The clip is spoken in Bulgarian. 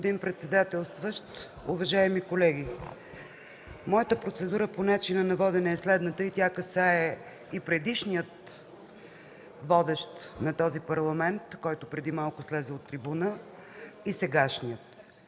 господин председателстващ, уважаеми колеги! Моята процедура по начина на водене е следната и касае и предишния водещ на този Парламент, който преди малко слезе от трибуната, и сегашния.